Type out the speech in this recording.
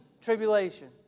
Tribulation